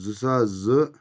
زٕ ساس زٕ